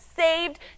Saved